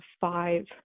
five